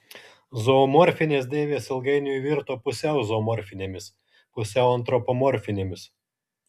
zoomorfinės deivės ilgainiui virto pusiau zoomorfinėmis pusiau antropomorfinėmis